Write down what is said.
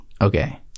Okay